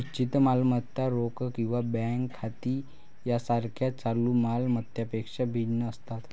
निश्चित मालमत्ता रोख किंवा बँक खाती यासारख्या चालू माल मत्तांपेक्षा भिन्न असतात